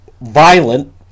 violent